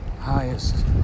highest